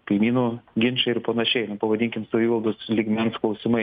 kaimynų ginčai ir panašiai pavadinkim savivaldos lygmens klausimai